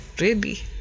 ready